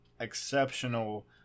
exceptional